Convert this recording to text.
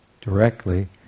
directly